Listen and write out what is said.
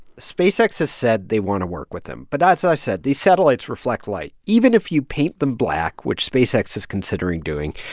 spacex has said they want to work with them. but as i said, these satellites reflect light, even if you paint them black, which spacex is considering doing.